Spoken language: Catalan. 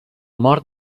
mort